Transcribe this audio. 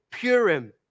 Purim